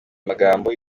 amagambo